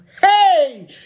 Hey